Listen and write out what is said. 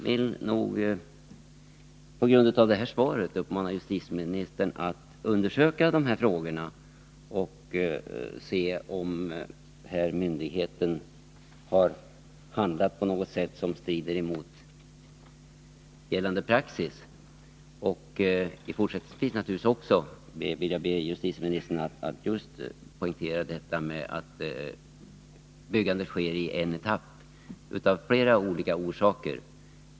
Efter det svar som jag har fått uppmanar jag justitieministern att undersöka dessa frågor för att se om myndighetens handlande strider mot gällande praxis. Av flera orsaker är det önskvärt att byggandet sker i en etapp.